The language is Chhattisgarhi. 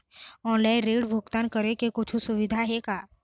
ऑनलाइन ऋण भुगतान करे के कुछू सुविधा हे का?